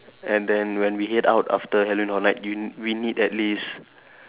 and then when we head out after Halloween horror night you we need at least